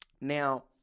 Now